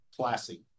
classy